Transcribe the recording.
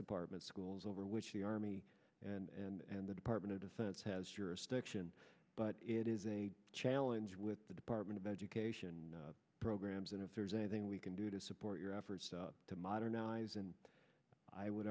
department schools over which the army and the department of defense has jurisdiction but it is a challenge with the department of education programs and if there's anything we can do to support your efforts to modernize and i would